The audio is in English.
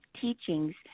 teachings